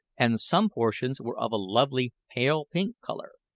and some portions were of a lovely pale-pink colour,